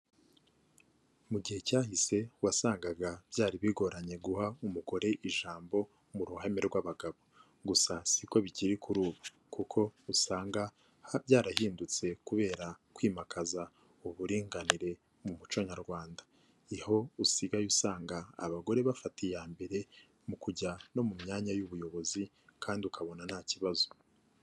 Mu gihe cyahise wasangaga byari bigoranye guha umugore ijambo mu ruhame rw'abagabo, gusa siko bikiri kuri ubu kuko usanga byarahindutse kubera kwimakaza uburinganire mu muco nyarwanda, aho usigaye usanga abagore bafata iya mbere mu kujya no mu myanya y'ubuyobozi kandi ukabona ntakibazo.